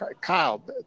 Kyle